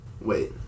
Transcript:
Wait